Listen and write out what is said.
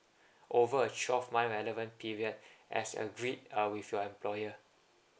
over a twelve month relevant period as agreed uh with your employer